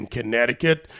Connecticut